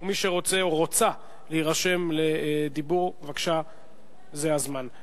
מי שרוצה או רוצָה להירשם לדיבור, בבקשה, זה הזמן.